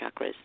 chakras